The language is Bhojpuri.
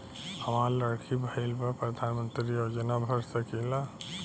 हमार लड़की भईल बा प्रधानमंत्री योजना भर सकीला?